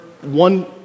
one